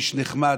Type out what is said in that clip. איש נחמד,